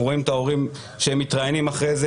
אנחנו רואים את ההורים שמתראיינים אחרי זה,